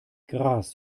gras